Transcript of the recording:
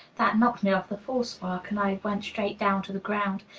that knocked me off the false work, and i went straight down to the ground.